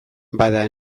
bada